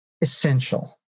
Essential